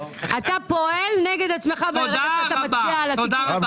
אתה פועל נגד עצמך ברגע שאתה מציע את התיקון הזה.